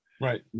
right